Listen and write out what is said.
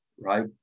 right